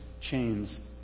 chains